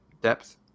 depth